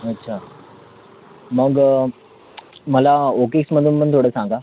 अच्छा मग मला ओ केक्समधून पण थोडं सांगा